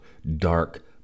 Dark